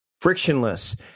frictionless